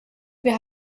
wir